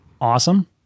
Awesome